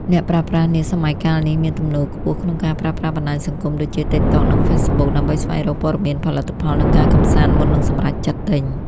អ្នកប្រើប្រាស់នាសម័យកាលនេះ មានទំនោរខ្ពស់ក្នុងការប្រើប្រាស់បណ្ដាញសង្គមដូចជា TikTok និង Facebook ដើម្បីស្វែងរកព័ត៌មានផលិតផល និងការកម្សាន្តមុននឹងសម្រេចចិត្តទិញ។